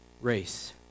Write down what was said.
race